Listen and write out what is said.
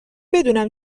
بدونم